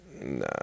Nah